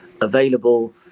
available